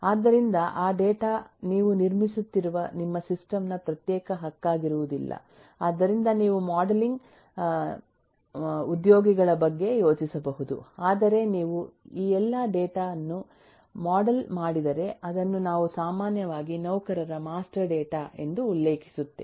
ಆದ್ದರಿಂದ ಆ ಡೇಟಾ ವು ನೀವು ನಿರ್ಮಿಸುತ್ತಿರುವ ನಿಮ್ಮ ಸಿಸ್ಟಂ ನ ಪ್ರತ್ಯೇಕ ಹಕ್ಕಾಗಿರುವುದಿಲ್ಲ ಆದ್ದರಿಂದ ನೀವು ಮಾಡೆಲಿಂಗ್ ಉದ್ಯೋಗಿಗಳ ಬಗ್ಗೆ ಯೋಚಿಸಬಹುದು ಆದರೆ ನೀವು ಈ ಎಲ್ಲ ಡೇಟಾ ವನ್ನು ಮಾಡೆಲ್ ಮಾಡಿದರೆ ಅದನ್ನು ನಾವು ಸಾಮಾನ್ಯವಾಗಿ ನೌಕರರ ಮಾಸ್ಟರ್ ಡೇಟಾ ಎಂದು ಉಲ್ಲೇಖಿಸುತ್ತೇವೆ